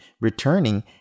returning